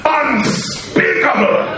unspeakable